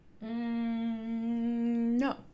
No